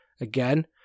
Again